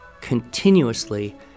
continuously